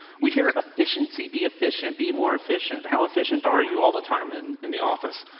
we hear efficiency, be efficient, be more efficient, how efficient are you all the time and in the office?